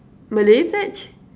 Malay pledge